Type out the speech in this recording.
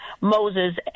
Moses